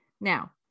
now